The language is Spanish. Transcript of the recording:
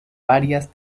varias